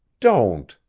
don't,